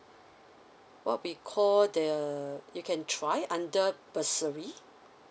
what we call the you can try under bursary